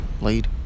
lead